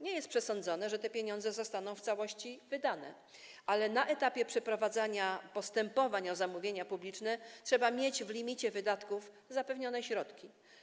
Nie jest przesądzone, że te pieniądze zostaną w całości wydane, ale na etapie przeprowadzania postępowań o zamówienia publiczne trzeba mieć w limicie wydatków zapewnione środki.